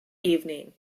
evening